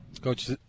Coach